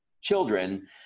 children